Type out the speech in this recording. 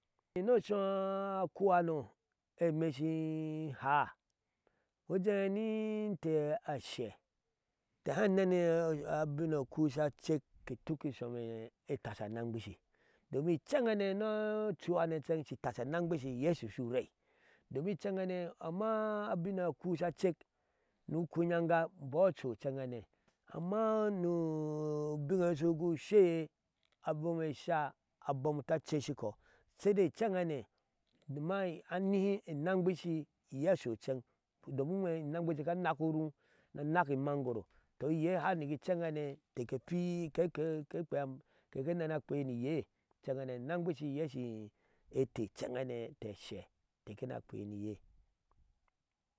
Ni ocu a kuhano emɛɛshi haa iwoje ni intee ashe ke hai neni abin noaku sa cek kɛɛ tuk sophe etasha mangwizi iye sosu rai domin incenhane amma abino aku sacek, no kuyanga imbɔɔ so incenhane amma ubinge gu shiye abome she abom ta cesikɔ, saidai incenhane amma anili inangwizi iye soh inchehane, domin u wɛɛ inangwizi ka nak uro na nak umangoro, tɔɔ iye har niki enchenhane kike nɛnɛ kweni ye incehane inangwizi yeshi etɛɛ inchenhane ete ashe kena kweniye.